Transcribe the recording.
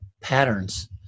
patterns